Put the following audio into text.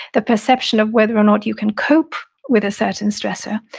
the perception of whether or not you can cope with a certain stressor,